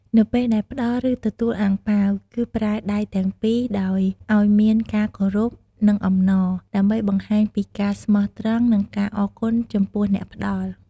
នៅពេលដែលផ្តល់ ឬទទួលអាំងប៉ាវ គួរប្រើដៃទាំងពីរដោយអោយមានការគោរព និងអំណរ ដើម្បីបង្ហាញពីការស្មោះត្រង់ និងការអរគុណចំពោះអ្នកផ្តល់។